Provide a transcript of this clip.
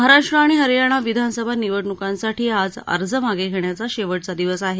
महाराष्ट्र आणि हरियाणा विधानसभा निवडणुकांसाठी आज अर्ज मागे घेण्याचा शेवटचा दिवस आहे